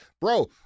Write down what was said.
Bro